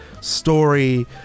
story